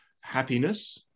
happiness